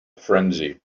frenzy